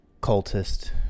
cultist